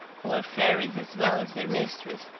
who were fairies as well as their mistress,